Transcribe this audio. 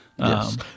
Yes